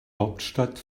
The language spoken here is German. hauptstadt